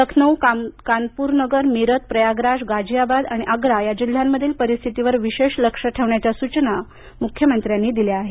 लखनौ कानपुर नगर मीरत प्रयागराज गाझियाबाद आणि आग्रा या जिल्ह्यांमधील परिस्थितीवर विशेष लक्षं ठेवण्याच्या सूचना मुख्यमंत्र्यांनी दिल्या आहेत